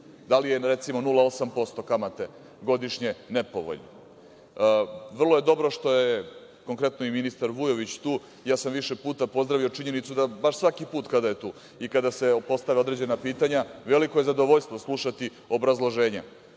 Da li je recimo, 0,8% kamate godišnje nepovoljno? Vrlo je dobro što je konkretno i ministar Vujović tu, ja sam više puta pozdravio činjenicu da baš svaki put kada je tu i kada se postave određena pitanja, veliko je zadovoljstvo slušati obrazloženja